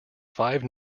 five